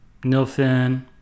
Nilfin